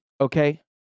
okay